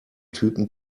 typen